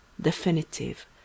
definitive